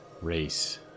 race